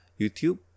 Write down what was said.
YouTube